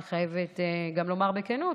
אני חייבת גם לומר בכנות